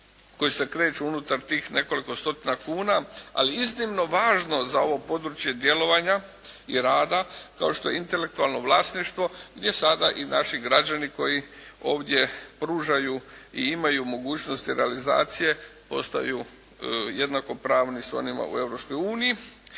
koje se kreću unutar tih nekoliko stotina kuna, ali iznimno važno za ovo područje djelovanja i rada kao što je intelektualno vlasništvo gdje sada i naši građani koji ovdje pružaju i imaju mogućnosti realizacije postaju jednakopravni s onima u